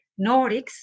Nordics